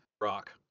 rock